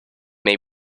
may